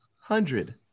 hundred